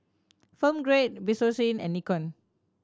Film Grade Bioskin and Nikon